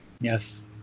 Yes